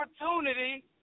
opportunity